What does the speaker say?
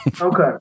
Okay